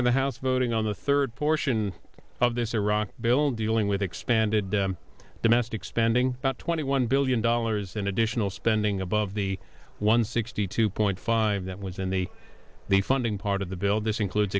and the house voting on the third fortune of this iraq bill dealing with expanded domestic spending twenty one billion dollars in additional spending above the one sixty two point five that was in the the funding part of the bill this includes